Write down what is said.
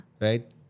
Right